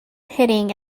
hitting